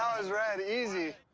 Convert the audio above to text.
was red, easy.